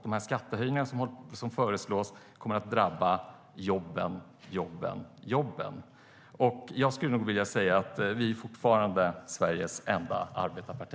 De skattehöjningar som föreslås kommer att drabba jobben, jobben, jobben. Jag skulle nog vilja säga att vi fortfarande är Sveriges enda arbetarparti.